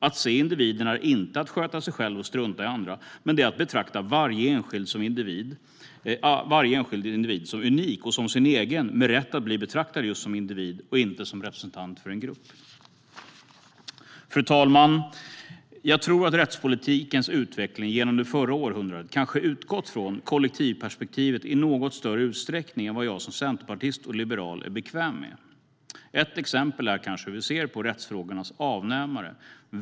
Att se individen är inte att sköta sig själv och strunta i andra, utan det är att betrakta varje enskild individ som unik och som sin egen, med rätt att bli betraktad just som individ och inte som representant för en grupp. Fru talman! Jag tror att rättspolitikens utveckling genom det förra århundradet kanske utgått från kollektivperspektivet i något större utsträckning än vad jag som centerpartist och liberal är bekväm med. Ett exempel är hur vi ser på rättsfrågornas avnämare.